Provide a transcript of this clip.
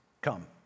come